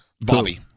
Bobby